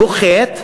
פוחת,